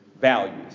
values